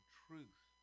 truth